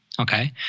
Okay